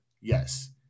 Yes